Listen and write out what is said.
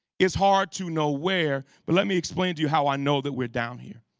it's hard to know where but let me explain to you how i know that we're down here.